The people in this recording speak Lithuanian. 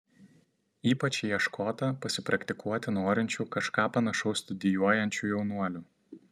ypač ieškota pasipraktikuoti norinčių kažką panašaus studijuojančių jaunuolių